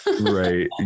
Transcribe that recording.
Right